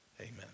amen